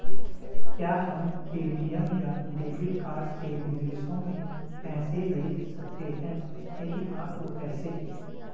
क्या हम ए.टी.एम या डेबिट कार्ड से विदेशों में पैसे भेज सकते हैं यदि हाँ तो कैसे?